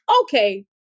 okay